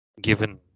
given